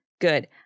good